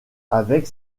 avec